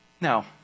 Now